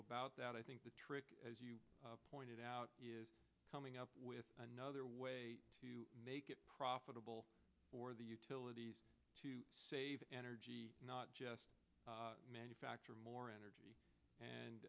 about that i think the trick as you pointed out is coming up with another way to make it profitable for the utilities energy not just manufacture more energy